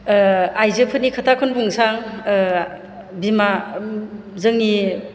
आइजोफोरनि खोथाखोनो बुंनोसै आं बिमा जोंनि